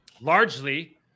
largely